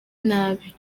nabi